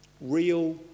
Real